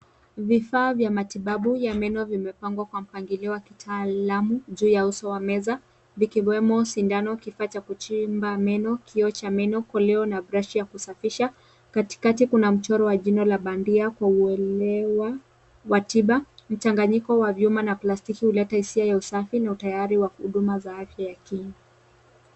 Vifaa vya matibabu ya meno vimepangwa kwa mpangilio wa kitaalamu juu ya uso wa meza vikiwemo sindano, kifaa cha kuchimba meno, kioo cha meno , koleo na brashi ya kusafisha. Katikati kuna mchoro wa jino la bandia kwa uelewa wa tiba. Mchanganyiko wa vyuma na plastiki huleta hisia ya usafi na utayari wa huduma za afya ya kinywa.